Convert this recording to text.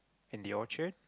and the Orchid